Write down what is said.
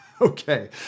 Okay